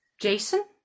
Jason